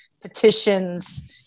petitions